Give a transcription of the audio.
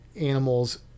animals